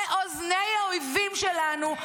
לאוזני האויבים שלנו,